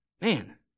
man